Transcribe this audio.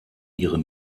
ihre